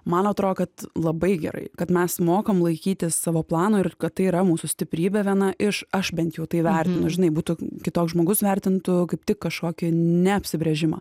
man atrodo kad labai gerai kad mes mokam laikytis savo plano ir kad tai yra mūsų stiprybė viena iš aš bent jau tai vertinu žinai būtų kitoks žmogus vertintų kaip tik kažkokį neapsibrėžimą